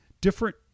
different